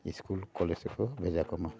school college ᱨᱮᱠᱚ ᱵᱷᱮᱡᱟ ᱠᱚᱢᱟ